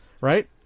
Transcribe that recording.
right